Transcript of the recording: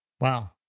Wow